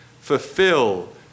Fulfill